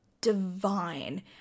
divine